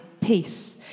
Peace